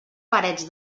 parets